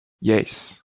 yes